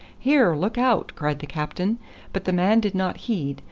here, look out! cried the captain but the man did not heed,